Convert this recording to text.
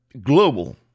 global